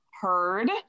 heard